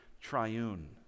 triune